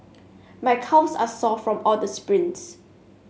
my calves are sore from all the sprints